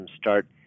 start